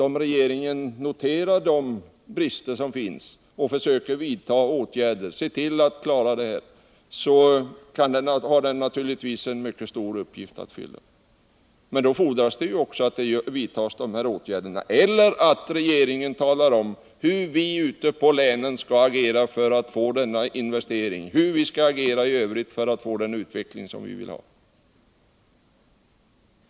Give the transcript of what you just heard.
Om regeringen däremot noterar de brister som finns, försöker vidta åtgärder och ser till att klara av problemen, har naturligtvis länsplaneringen en mycket stor uppgift att fylla. Men det fordras att regeringen vidtar åtgärder eller talar om hur vi ute i länet skall agera för att få till stånd investeringar och den utveckling som vi vill ha.